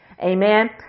Amen